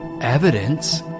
evidence